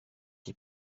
qui